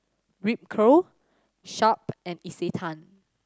Ripcurl Sharp and Isetan